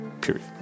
period